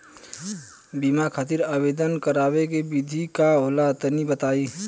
बीमा खातिर आवेदन करावे के विधि का होला तनि बताईं?